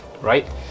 right